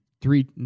three